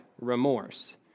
remorse